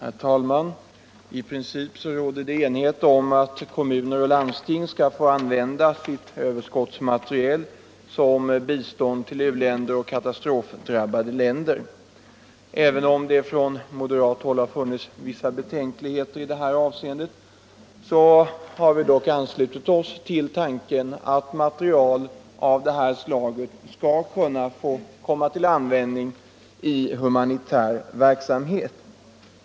Herr talman! I princip råder enighet om att kommuner och landsting skall få använda sitt överskottsmaterial som bistånd till u-länder och katastrofdrabbade länder. Även om det från moderat håll har funnits vissa betänkligheter mot detta har vi anslutit oss till tanken att material av det här slaget skall få användas i humanitär verksamhet.